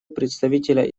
представителя